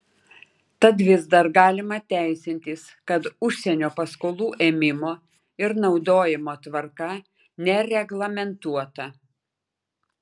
tad vis dar galima teisintis kad užsienio paskolų ėmimo ir naudojimo tvarka nereglamentuota